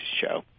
show